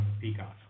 Peacock